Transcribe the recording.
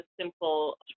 simple